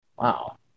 Wow